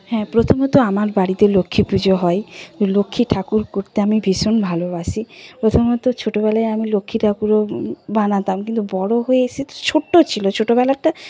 হ্যাঁ প্রথমত আমার বাড়িতে লক্ষ্মী পুজো হয় লক্ষ্মী ঠাকুর করতে আমি ভীষণ ভালোবাসি প্রথমত ছোটবেলায় আমি লক্ষ্মী ঠাকুরও বানাতাম কিন্তু বড় হয়ে এসে ছোট্ট ছিল ছোটবেলারটা